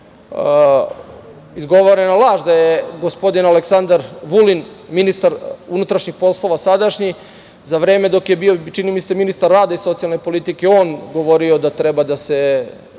izgovorena laž da je gospodin Aleksandar Vulin, ministar unutrašnjih poslova, za vreme dok je bio čini mi se, ministar rada i socijalne politike, govorio Miljkoviću iz